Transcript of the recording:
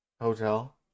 hotel